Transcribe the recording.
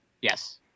Yes